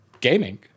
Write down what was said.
gaming